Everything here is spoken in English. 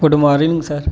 good morning sir